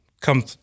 come